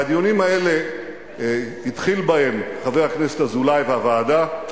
והדיונים האלה התחיל בהם חבר הכנסת אזולאי בוועדה,